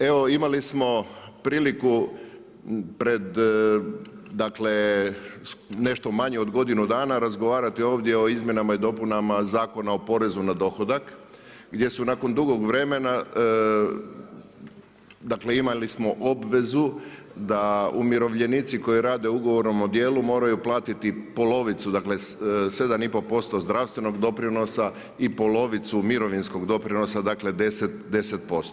Evo imali smo priliku pred nešto manje pred od godinu dana razgovarati ovdje o izmjenama i dopunama Zakona o porezu na dohodak gdje su nakon dugog vremena, dakle imali smo obvezu da umirovljenici koji rade ugovorom o djelu, moraju platiti polovicu, dakle 7,5% zdravstvenog doprinosa i polovicu mirovinskog doprinosa, dakle 10%